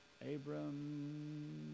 Abram